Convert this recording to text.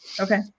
Okay